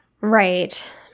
Right